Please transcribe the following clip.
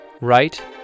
right